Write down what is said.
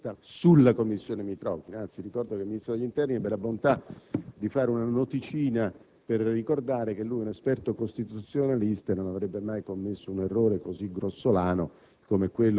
In questo modo il Ministero dell'interno oggi si degna di dire in pubblico ciò che finora non aveva mai detto, mentre aveva aperto un'inchiesta,